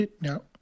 No